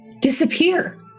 disappear